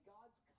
God's